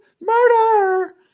murder